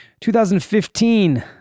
2015